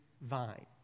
vine